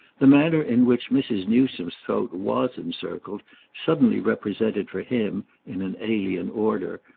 the manner in which mrs. newsome's throat was encircled suddenly represented for him, in an alien order,